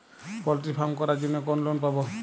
Poultry farm করার জন্য কোন লোন পাব?